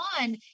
one